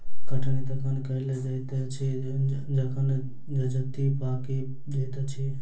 कटनी तखन कयल जाइत अछि जखन जजति पाकि जाइत अछि